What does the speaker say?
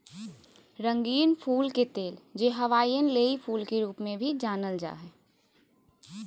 रंगीन फूल के तेल, जे हवाईयन लेई फूल के रूप में भी जानल जा हइ